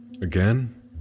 Again